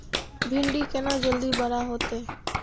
भिंडी केना जल्दी बड़ा होते?